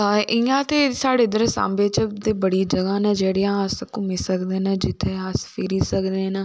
इयां के साढ़े इद्धर सांबे च दे बड़ियां जगाह्ं न जेह्ड़ियां अस घूमी सकदे न अस फिरी सकदे न